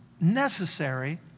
necessary